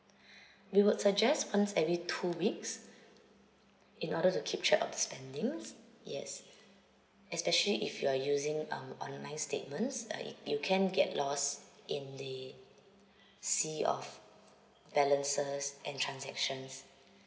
we would suggest once every two weeks in order to keep track of the spending's yes especially if you are using um online statements uh it you can get lost in the sea of balances and transactions